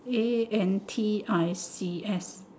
A N T I C S